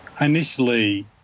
Initially